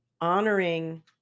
honoring